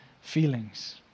feelings